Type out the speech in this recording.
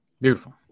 Beautiful